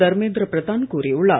தர்மேந்திர பிரதான் கூறியுள்ளார்